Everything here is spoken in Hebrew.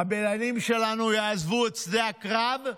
הבעלים שלנו יעזבו את שדה הקרב?